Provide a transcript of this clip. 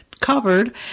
covered